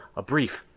a brief,